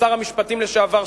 משר המשפטים לשעבר,